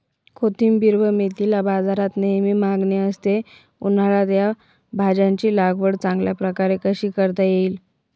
कोथिंबिर व मेथीला बाजारात नेहमी मागणी असते, उन्हाळ्यात या भाज्यांची लागवड चांगल्या प्रकारे कशी करता येईल?